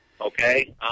okay